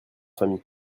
famille